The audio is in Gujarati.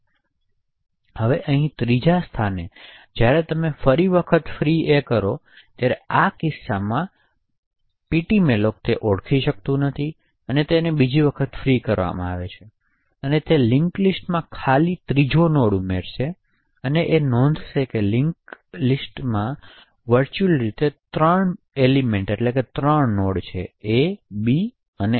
હવે ત્રીજે સ્થાને જ્યારે તમે ફરી ફ્રી a કરો ત્યારે આવા કિસ્સામાં પેટ્માલોક એ ઓળખી શકતું નથી કે બીજી વખત ફ્રી કરવામાં આવે છે તે લિન્કલિસ્ટમાં ખાલી ત્રીજા નોડ ઉમેરશે તેથી નોંધ લો કે લિંક કરેલી લિસ્ટમાં વર્ચ્યુઅલ રીતે ત્રણ તત્વો છે એ બી અને એ